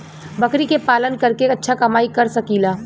बकरी के पालन करके अच्छा कमाई कर सकीं ला?